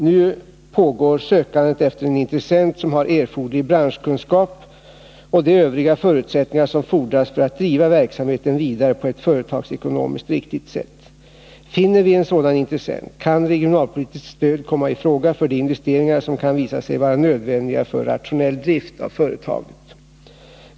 Nu pågår sökandet efter en intressent som har erforderlig branschkunskap och de övriga förutsättningar som fordras för att driva verksamheten vidare på ett företagsekonomiskt riktigt sätt. Finner vi en sådan intressent kan regionalpolitiskt stöd komma i fråga för de investeringar som kan visa sig vara nödvändiga för rationell drift av företaget.